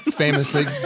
Famously